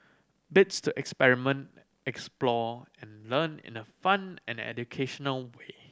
bits to experiment explore and learn in a fun and educational way